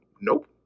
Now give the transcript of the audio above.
Nope